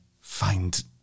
find